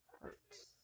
hurts